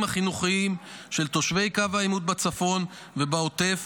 החינוכיים של תושבי קו העימות בצפון ובעוטף.